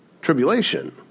tribulation